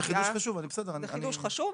זה חידוש חשוב זה חידוש חשוב,